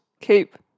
keep